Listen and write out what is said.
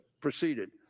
proceeded